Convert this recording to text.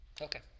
Okay